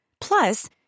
Plus